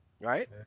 Right